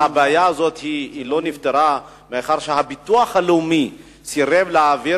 הבעיה לא נפתרה מאחר שהביטוח הלאומי סירב להעביר